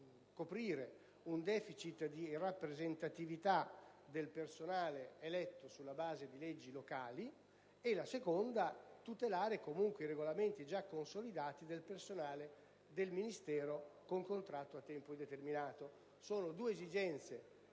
di tutelare comunque i regolamenti già consolidati del personale del Ministero con contratto a tempo indeterminato.